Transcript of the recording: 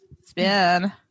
Spin